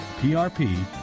PRP